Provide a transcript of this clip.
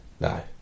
no